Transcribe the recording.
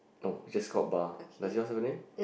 no just called bar does yours have a name